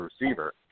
receiver